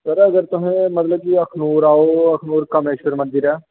sir अगर तुस मतलब कि अखनूर आओ अखनूर कामेश्वर मंदिर ऐ